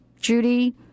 Judy